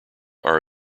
are